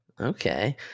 Okay